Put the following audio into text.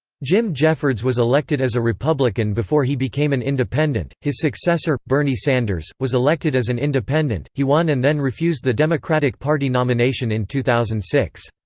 jim jeffords was elected as a republican before he became an independent. his successor, bernie sanders, was elected as an independent he won and then refused the democratic party nomination in two thousand and six.